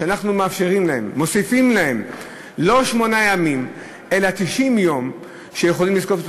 כשאנחנו מוסיפים להם לא שמונה ימים אלא 90 יום שהם יכולים לזקוף,